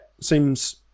seems